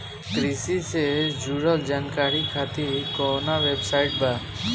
कृषि से जुड़ल जानकारी खातिर कोवन वेबसाइट बा?